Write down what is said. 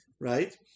right